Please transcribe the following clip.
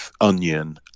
onion